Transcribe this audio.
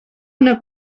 una